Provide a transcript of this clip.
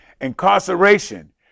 incarceration